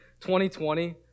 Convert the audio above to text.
2020